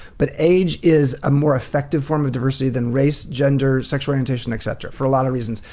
but age is a more effective form of diversity than race, gender, sexual orientation, etc. for a lot of reasons.